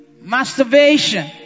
masturbation